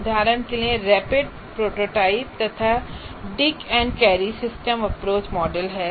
उदाहरण के लिए रैपिड प्रोटोटाइप तथा Dick and Carey systems approach models है